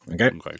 Okay